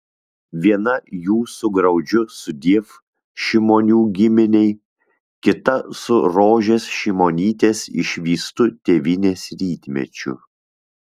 viena jų su graudžiu sudiev šimonių giminei kita su rožės šimonytės išvystu tėvynės rytmečiu